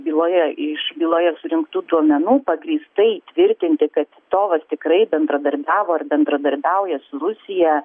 byloje iš byloje surinktų duomenų pagrįstai tvirtinti kad titovas tikrai bendradarbiavo ar bendradarbiauja su rusija